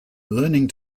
learning